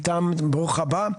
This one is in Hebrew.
ברוך הבא.